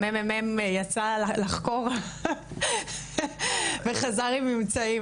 הממ"מ יצא לחקור וחזר עם ממצאים,